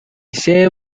same